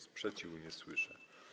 Sprzeciwu nie słyszę.